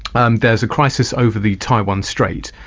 and there's a crisis over the taiwan strait,